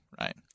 right